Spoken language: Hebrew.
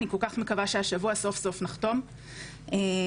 אני כל כך מקווה שהשבוע סוף סוף נחתום על הרפורמה,